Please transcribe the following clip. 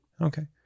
Okay